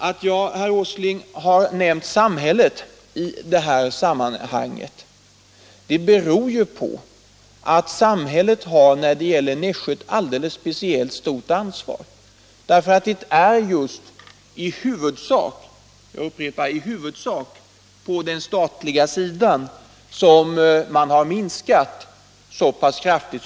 Att jag har nämnt samhällets ansvar i dag beror ju på att samhället har ett speciellt stort ansvar. Det är nämligen i huvudsak — jag upprepar det — på den statliga sidan som man har minskat så pass kraftigt.